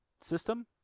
System